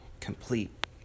complete